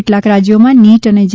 કેટલાક રાજ્યોમાં નીટ અને જે